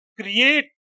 create